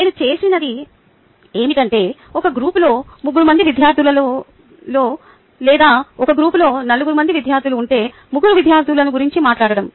నేను చేసేది ఏమిటంటే ఒక గ్రూప్లో 3 మంది విద్యార్థులు లేదా ఒక గ్రూప్లో 4 మంది విద్యార్థులు ఉంటే 3 విద్యార్థుల గురించి మాట్లాడుదాం